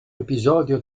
episodio